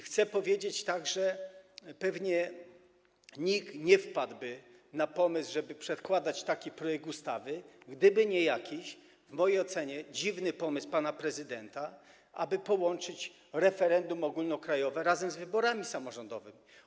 Chcę także powiedzieć, że pewnie nikt nie wpadłby na pomysł, żeby przedkładać taki projekt ustawy gdyby nie jakiś w mojej ocenie dziwny pomysł pana prezydenta, aby połączyć referendum ogólnokrajowe z wyborami samorządowymi.